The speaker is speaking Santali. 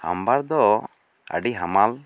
ᱦᱟᱢᱵᱟᱨ ᱫᱚ ᱟᱹᱰᱤ ᱦᱟᱢᱟᱞ